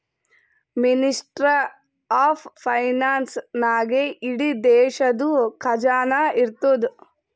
ministry of finance ನಾಗೇ ಇಡೀ ದೇಶದು ಖಜಾನಾ ಇರ್ತುದ್